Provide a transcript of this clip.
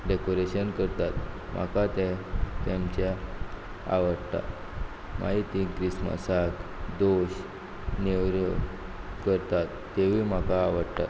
decoration करतात म्हाका तें तेमचें आवडटा मागीर तीं क्रिस्मसाक दोश नेवऱ्यो करतात त्योय म्हाका आवडटात